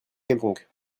quelconque